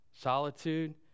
Solitude